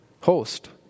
host